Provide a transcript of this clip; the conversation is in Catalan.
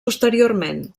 posteriorment